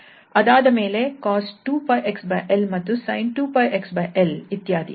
ಅದಾದ ಮೇಲೆ cos2xl ಮತ್ತು sin2xl ಇತ್ಯಾದಿ